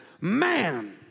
man